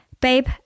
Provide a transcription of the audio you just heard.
Babe